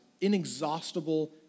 inexhaustible